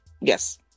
Yes